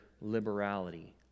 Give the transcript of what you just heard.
liberality